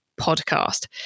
podcast